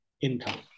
income